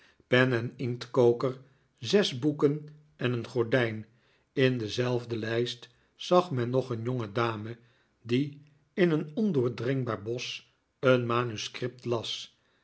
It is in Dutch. pen en inktkoker zes boeken en een gordijn in dezelfde lijst zag men nog een jongedame die in een ondoordringbaar bosch een manuscript las